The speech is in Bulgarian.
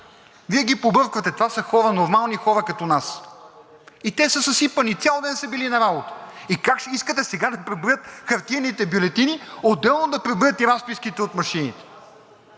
Вие ги побърквате. Това са хора, нормални хора като нас и те са съсипани – цял ден са били на работа! И как ще искате сега да преброят хартиените бюлетини, отделно да преброят и разписките от машините?!